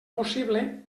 possible